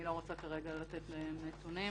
אני לא רוצה כרגע לתת נתונים.